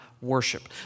worship